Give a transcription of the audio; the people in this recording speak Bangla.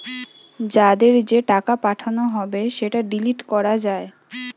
যাদের যে টাকা পাঠানো হবে সেটা ডিলিট করা যায়